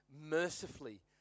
mercifully